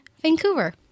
Vancouver